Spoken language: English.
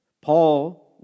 Paul